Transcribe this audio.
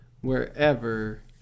Wherever